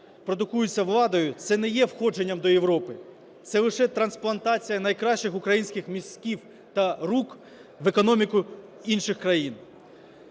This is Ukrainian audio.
продукуються владою, – це не є входженням до Європи, це лише трансплантація найкращих українських мізків та рук в економіку інших країн,